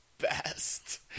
best